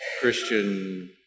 Christian